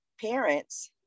parents